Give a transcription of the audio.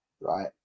right